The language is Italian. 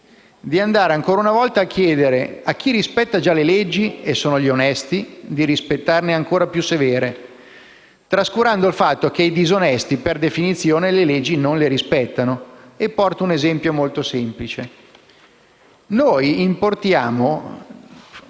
di andare, ancora una volta, a chiedere a chi rispetta già le leggi - cioè gli onesti - di rispettarne di ancora più severe, trascurando il fatto che i disonesti, per definizione, le leggi non le rispettano. E porto un esempio molto semplice. Noi importiamo